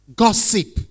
gossip